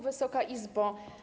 Wysoka Izbo!